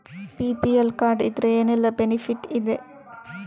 BPL card ಇದ್ರೆ ಏನೆಲ್ಲ benefit ಇದೆ?